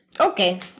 Okay